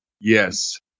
Yes